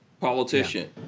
politician